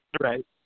Right